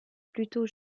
plutôt